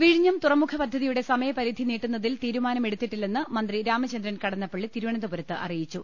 വിഴിഞ്ഞം തുറമുഖ പദ്ധതിയുടെ സമയപരിധി നീട്ടുന്നതിൽ തീരുമാനമെടുത്തിട്ടില്ലെന്ന് മന്ത്രി രാമചന്ദ്രൻ കടന്നപ്പള്ളി തിരു വനന്തപുരത്ത് അറിയിച്ചു